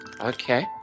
Okay